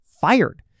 fired